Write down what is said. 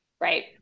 Right